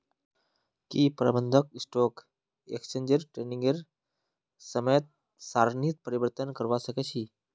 की प्रबंधक stock exchange ट्रेडिंगेर समय सारणीत परिवर्तन करवा सके छी